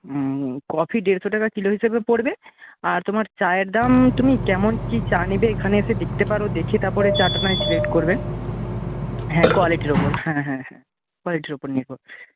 coffee দেড়শো টাকা kilo হিসেবে পড়বে আর তোমার চায়ের দাম তুমি কেমন কি চা নেবে এখানে এসে দেখতে পারো দেখে তারপরে চাটা নয় সিলেক্ট করবে হ্যাঁ কোয়ালিটির ওপর হ্যাঁ হ্যাঁ হ্যাঁ কোয়ালিটির ওপর নির্ভর